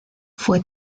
fue